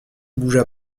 bougea